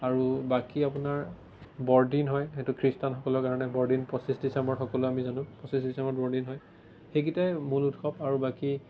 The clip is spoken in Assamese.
আৰু বাকী আপোনাৰ বৰদিন হয় সেইটো খ্ৰীষ্টানসকলৰ কাৰণে বৰদিন পঁচিছ ডিচেম্বৰত সকলোৱে আমি জানো পঁচিছ ডিচেম্বৰত বৰদিন হয় সেইকেটাই মূল উৎসৱ আৰু বাকী